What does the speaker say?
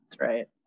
Right